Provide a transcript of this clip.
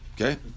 Okay